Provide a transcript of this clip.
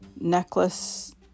necklace